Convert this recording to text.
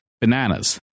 Bananas